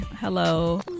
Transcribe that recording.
hello